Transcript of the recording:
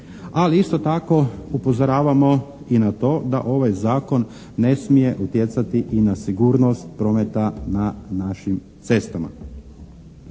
Ali isto tako upozoravamo i na to da ovaj zakon ne smije utjecati i na sigurnost prometa na našim cestama.